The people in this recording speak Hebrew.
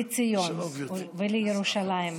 לציון ולירושלים.